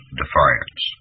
defiance